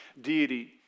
deity